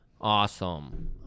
awesome